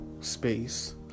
space